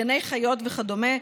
גני חיות וכדומה,